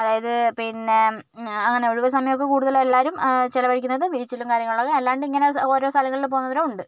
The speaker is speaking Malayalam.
അതായത് പിന്നെ അങ്ങനെ ഒഴിവ് സമയമൊക്കെ കൂടുതലും എല്ലാവരും ചിലവഴിക്കുന്നത് ബീച്ചിലും കാര്യങ്ങളിലൊക്കെ അല്ലാണ്ടിങ്ങനെ ഓരോ സ്ഥലങ്ങളിൽ പോകുന്നവരും ഉണ്ട്